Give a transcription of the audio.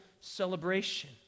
celebration